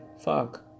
Fuck